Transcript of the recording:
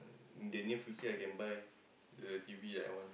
then in future I can buy the T_V I want